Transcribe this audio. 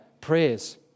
prayers